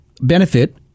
benefit